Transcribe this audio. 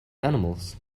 animals